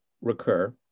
recur